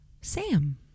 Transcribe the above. Sam